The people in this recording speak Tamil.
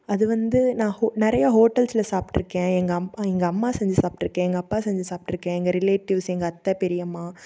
அது வந்து நான் ஹோ நிறையா ஹோட்டல்ஸில் சாப்பிட்ருக்கேன் எங்கள் அம்மா எங்கள் அம்மா செஞ்சு சாப்பிட்ருக்கேன் எங்கள் அப்பா செஞ்சு சாப்பிட்ருக்கேன் எங்கள் ரிலேட்டிவ்ஸ் எங்கள் அத்தை பெரியம்மா